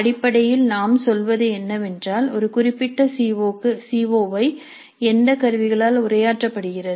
அடிப்படையில் நாம் சொல்வது என்னவென்றால் ஒரு குறிப்பிட்ட சிஓ ஐ எந்த கருவிகளால் உரையாற்றப்படுகிறது